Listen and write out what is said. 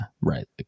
Right